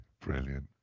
Brilliant